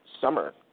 summer